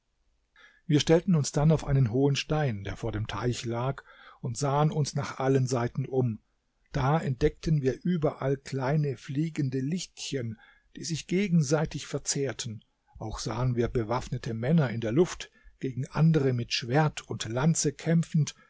wir stellten uns dann auf einen hohen stein der vor dem teich lag und sahen uns nach allen seiten um da entdeckten wir überall kleine fliegende lichtchen die sich gegenseitig verzehrten auch sahen wir bewaffnete männer in der luft gegen andere mit schwert und lanze kämpfend